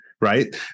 Right